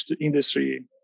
industry